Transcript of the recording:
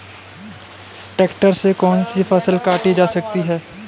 Tractor से कौन सी फसल काटी जा सकती हैं?